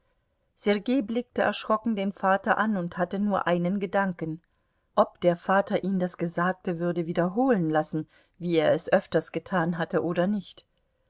sergei blickte erschrocken den vater an und hatte nur einen gedanken ob der vater ihn das gesagte würde wiederholen lassen wie er es öfters getan hatte oder nicht